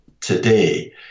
today